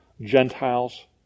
Gentiles